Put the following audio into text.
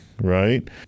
Right